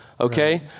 okay